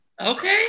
okay